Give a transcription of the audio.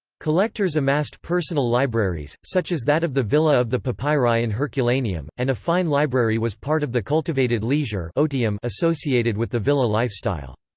collectors amassed personal libraries, such as that of the villa of the papyri in herculaneum, and a fine library was part of the cultivated leisure um associated with the villa lifestyle.